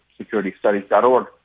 securitystudies.org